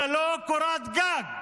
ללא קורת גג.